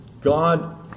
God